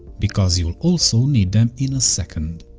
because you'll also need them in a second.